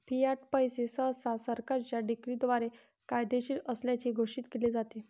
Fiat पैसे सहसा सरकारच्या डिक्रीद्वारे कायदेशीर असल्याचे घोषित केले जाते